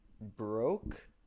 broke